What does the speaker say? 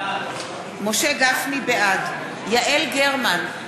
בעד יעל גרמן,